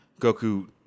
Goku